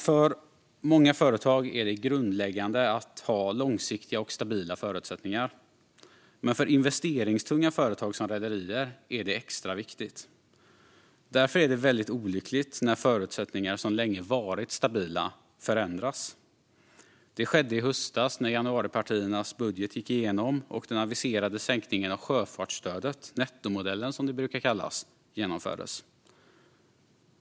För många företag är det grundläggande att ha långsiktiga och stabila förutsättningar, men för investeringstunga företag som rederier är det extra viktigt. Därför är det olyckligt när förutsättningar som länge har varit stabila förändras. Det skedde i höstas när januaripartiernas budget gick igenom, och den aviserade sänkningen av sjöfartsstödet, nettomodellen som den brukar kallas, genomfördes.